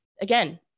Again